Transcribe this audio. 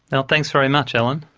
and thanks very much, alan.